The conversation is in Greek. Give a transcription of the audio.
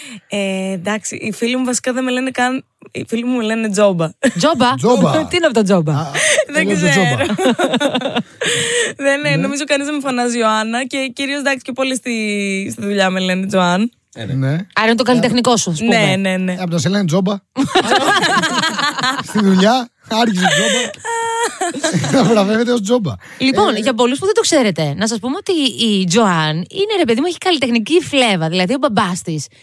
Ε, εντάξει, οι φίλοι μου βασικά δεν με λένε καν- οι φίλοι μου με λένε Τζόμπα. Τζόμπα? Τζόμπα. Τι είναι αυτό, Τζόμπα? Α, Δεν δεν λέω το ξέρω. Τζόμπα. Δεν, ε, Ναι. νομίζω κανείς δεν με φωνάζει Ιωάννα και κυρίως, εντάξει, και πολλοί στη- στη- στη δουλειά με λένε Τζοάν. Ναι. Άρα είναι το Ε, καλλιτεχνικό σου, ας πούμε. Ναι, ναι, ναι. Ε, απ' το να σε λένε Τζόμπα. Άρα. Στη δουλειά, άρχισε Τζόμπα. Να βραβεύεται ως Τζόμπα. Λοιπόν, Ε, για πολλούς που δεν το ξέρετε, να σας πούμε ότι η Τζοάν είναι, ρε παιδί μου, έχει καλλιτεχνική φλέβα, δηλαδή ο μπαμπάς της